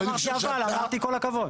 לא אמרתי "אבל", אמרתי "כל הכבוד".